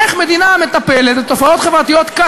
עכשיו, ברשותך, אדוני היושב-ראש,